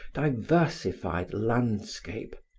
diversified landscape,